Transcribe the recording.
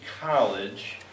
college